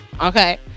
Okay